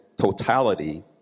totality